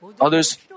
others